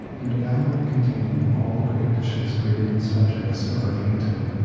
and a gallery containing all the great shakespearian subjects ever painted,